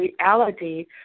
reality